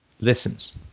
listens